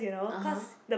(uh huh)